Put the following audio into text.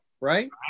right